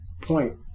point